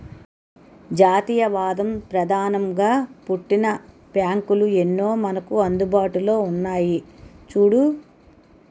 జాతీయవాదం ప్రధానంగా పుట్టిన బ్యాంకులు ఎన్నో మనకు అందుబాటులో ఉన్నాయి చూడు